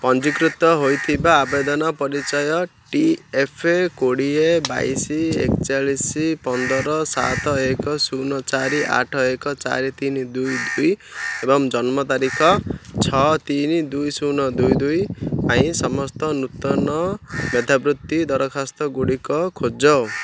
ପଞ୍ଜୀକୃତ ହୋଇଥିବା ଆବେଦନ ପରିଚୟ ଟି ଏଫେ କୋଡ଼ିଏ ବାଇଶ ଏଚାଳିଶ ପନ୍ଦର ସାତ ଏକ ଶୂନ ଚାରି ଆଠ ଏକ ଚାରି ତିନି ଦୁଇ ଦୁଇ ଏବଂ ଜନ୍ମ ତାରିଖ ତିନି ଛଅ ତିନି ଦୁଇ ଶୂନ ଦୁଇ ଦୁଇ ପାଇଁ ସମସ୍ତ ନୂତନ ମେଧାବୃତ୍ତି ଦରଖାସ୍ତଗୁଡ଼ିକ ଖୋଜ